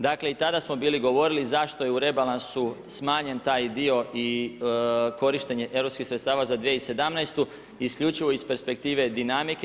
Dakle i tada smo bili govorili zašto je u rebalansu smanjen taj dio i korištenje europskih sredstava za 2017. isključivo iz perspektive dinamike.